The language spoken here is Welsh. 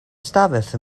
ystafell